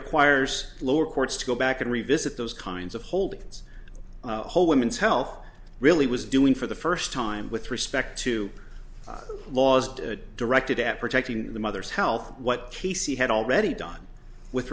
requires lower courts to go back and revisit those kinds of holdings whole women's health really was doing for the first time with respect to laws directed at protecting the mother's health what k c had already done with